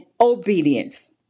obedience